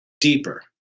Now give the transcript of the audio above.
deeper